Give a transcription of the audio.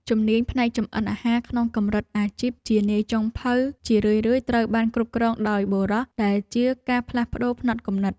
ជំនាញផ្នែកចម្អិនអាហារក្នុងកម្រិតអាជីពជានាយចុងភៅជារឿយៗត្រូវបានគ្រប់គ្រងដោយបុរសដែលជាការផ្លាស់ប្តូរផ្នត់គំនិត។